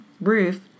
roof